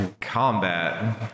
combat